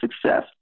success